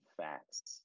facts